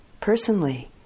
personally